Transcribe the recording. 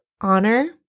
honor